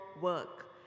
work